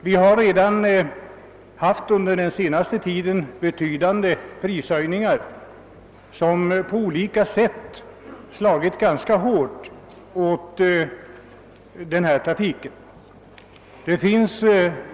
Under den senaste tiden har vi redan fått betydande prishöjningar, vilka på olika sätt slagit åkerinäringen ganska hårt.